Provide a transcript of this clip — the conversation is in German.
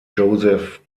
joseph